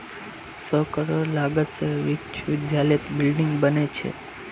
सौ करोड़ लागत से विश्वविद्यालयत बिल्डिंग बने छे